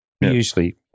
Usually